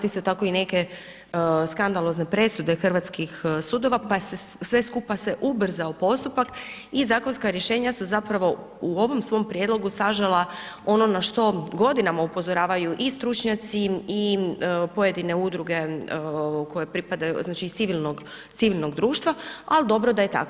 Isto tako i neke skandalozne presude hrvatskih sudova, pa se sve skupa se ubrzao postupak i zakonska rješenja su zapravo u ovom svom prijedlogu sažela ono na što godinama upozoravaju i stručnjaci i pojedine udruge koje pripadaju, znači iz civilnog, civilnog društva, ali dobro da je tako.